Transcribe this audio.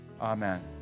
Amen